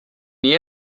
nii